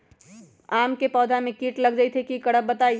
आम क पौधा म कीट लग जई त की करब बताई?